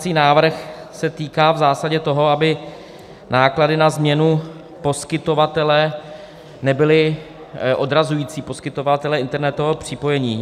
Ten pozměňovací návrh se týká v zásadě toho, aby náklady na změnu poskytovatele nebyly odrazující poskytovatele internetového připojení.